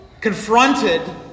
confronted